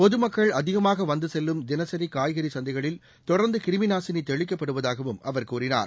பொதுமக்கள் அதிகமாக வந்து செல்லும் தினசி காய்கறி சந்தைகளில் தொடர்ந்து கிருமிநாசினி தெளிக்கப்படுவதாகவும் அவர் கூறினார்